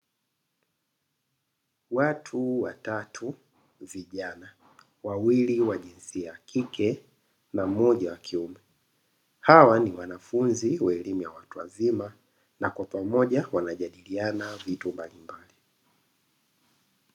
Watu watatu vijana, wawili wa jinsia ya kike na mmoja wa kiume hawa ni wanafunzi wa elimu ya watu wazima na kwa pamoja wanajadiliana vitu mbalimbali.